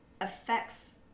affects